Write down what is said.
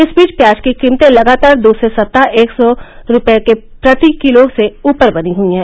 इस बीच प्याज की कीमतें लगातार दूसरे सप्ताह एक सौ रुपये प्रति किलो से ऊपर बनी हुई हैं